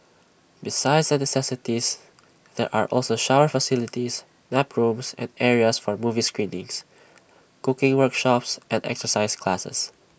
besides the necessities there are also shower facilities nap rooms and areas for movie screenings cooking workshops and exercise classes